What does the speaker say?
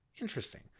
interesting